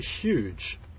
huge